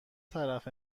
طرف